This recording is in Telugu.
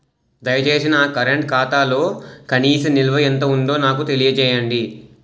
దయచేసి నా కరెంట్ ఖాతాలో కనీస నిల్వ ఎంత ఉందో నాకు తెలియజేయండి